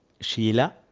Sheila